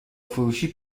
فروشی